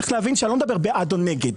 צריך להבין שאני לא מדבר בעד או נגד,